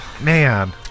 Man